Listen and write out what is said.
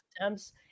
attempts